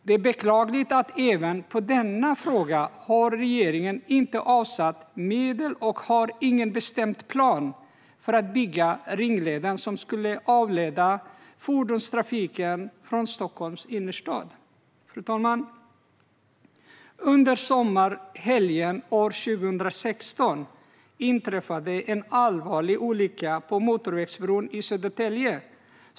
Det är beklagligt att regeringen inte har avsatt medel heller för denna fråga och inte har någon bestämd plan för att bygga denna ringled, som skulle avleda fordonstrafiken från Stockholms innerstad. Fru talman! Under midsommarhelgen år 2016 inträffade en allvarlig olycka på motorvägsbron i Södertälje.